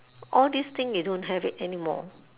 all these thing they don't have it anymore